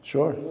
Sure